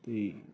ਅਤੇ